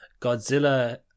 Godzilla